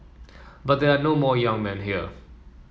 but there are no more young men here